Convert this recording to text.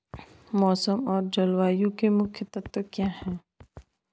मौसम और जलवायु के मुख्य तत्व क्या हैं?